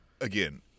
again